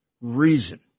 reason